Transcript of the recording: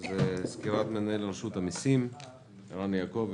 סקירת מנהל רשות המסים ערן יעקב.